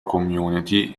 community